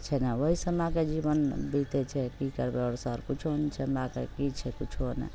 छै ने ओहि समयके जीबन बीतैत छै की करबै आओर सर किछु नहि छै हमरा आरके तऽ की छै किछु नहि छै